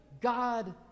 God